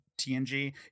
tng